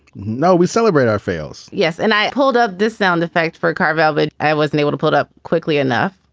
no, we celebrate our failures. yes. and i pulled up this sound effect for a carve out, but i wasn't able to pull it up quickly enough.